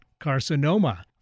carcinoma